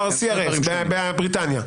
לא, CRS, בבריטניה.